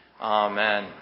Amen